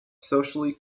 socially